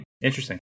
interesting